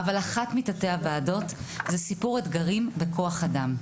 היא סיפור האתגרים וכוח האדם.